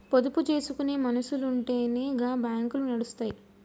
పొదుపు జేసుకునే మనుసులుంటెనే గా బాంకులు నడుస్తయ్